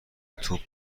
توپ